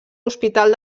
hospital